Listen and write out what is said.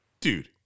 dude